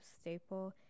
staple